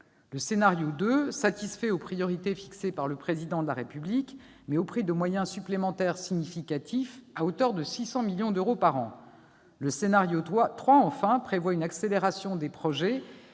Le deuxième satisfait les priorités fixées par le Président de la République, mais au prix de moyens supplémentaires significatifs, à hauteur de 600 millions d'euros par an. Le troisième, enfin, prévoit une accélération des projets.